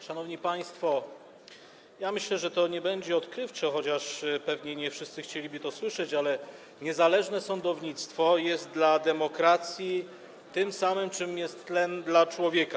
Szanowni państwo, myślę, że to nie będzie odkrywcze, chociaż pewnie nie wszyscy chcieliby to słyszeć, ale niezależne sądownictwo jest dla demokracji tym samym, czym tlen jest dla człowieka.